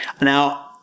now